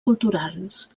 culturals